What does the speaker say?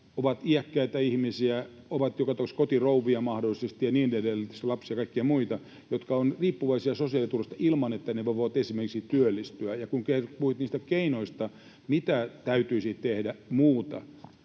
ovat iäkkäitä ihmisiä, ovat mahdollisesti kotirouvia ja niin edelleen, ja tietysti lapsia ja kaikkia muita, jotka ovat riippuvaisia sosiaaliturvasta ilman, että he voivat esimerkiksi työllistyä. Ja kun puhuit niistä keinoista, mitä muuta täytyisi tehdä